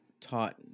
taught